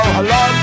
Hello